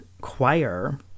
choir